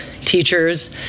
teachers